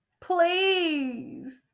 Please